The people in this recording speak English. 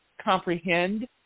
comprehend